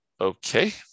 Okay